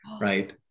right